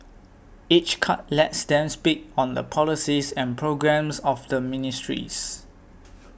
each cut lets them speak on the policies and programmes of the ministries